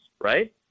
right